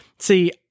See